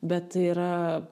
bet tai yra